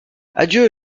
adieu